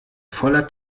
voller